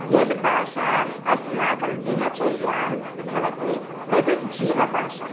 यद्भाषा अस्माकं दिनचर्यां भवति तद्जीवभाषा